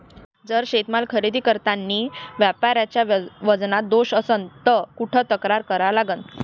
जर शेतीमाल खरेदी करतांनी व्यापाऱ्याच्या वजनात दोष असन त कुठ तक्रार करा लागन?